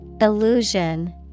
Illusion